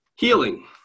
healing